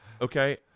Okay